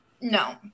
no